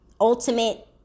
ultimate